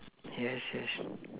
yes yes